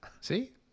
See